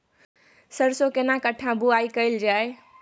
सरसो केना कट्ठा बुआई कैल जाय?